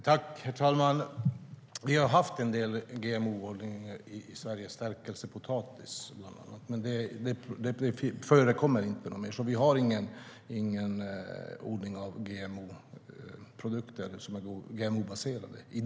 Herr talman! Vi har haft en del GMO-odling i Sverige, bland annat stärkelse i potatis. Men det förekommer inte nu, och vi har i dag ingen odling av produkter som är GMO-baserade.